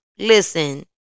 Listen